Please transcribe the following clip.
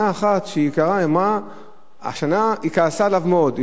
שנה אחת, כשהיא קראה היא כעסה עליו מאוד.